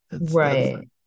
Right